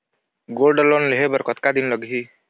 Gold loan लेहे बर कतका दिन लगही?